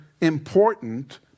important